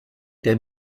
der